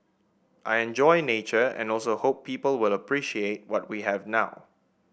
I enjoy nature and also hope people will appreciate what we have now